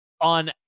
On